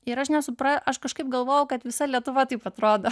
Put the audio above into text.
ir aš nesupra aš kažkaip galvojau kad visa lietuva taip atrodo